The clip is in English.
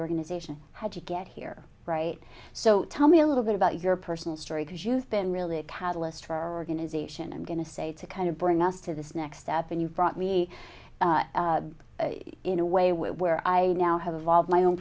organization had to get here right so tell me a little bit about your personal story because you've been really a catalyst for our organization i'm going to say to kind of bring us to this next step and you've brought me in a way with where i now have evolved my own